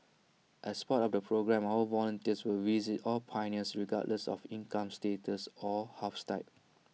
and as part of the programme our volunteers will visit all pioneers regardless of income status or house type